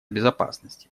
безопасности